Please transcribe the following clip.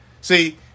See